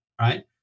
right